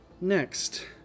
Next